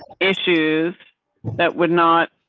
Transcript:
issues that would not.